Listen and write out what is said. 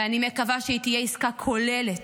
ואני מקווה שהיא תהיה עסקה כוללת.